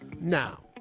Now